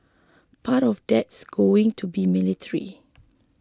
part of that's going to be military